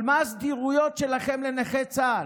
אבל מה הסדירויות שלכם לנכי צה"ל?